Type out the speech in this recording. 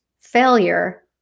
failure